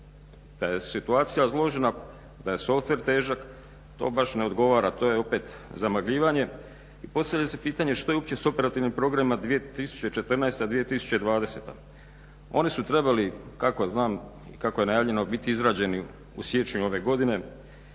Da je situacija složena, da je softver težak to baš ne odgovara. To je opet zamagljivanje. I postavlja se pitanje što je uopće sa operativnim programima 2014./2020. Oni su trebali kako znam i kako je najavljeno biti izrađeni u siječnju ove godine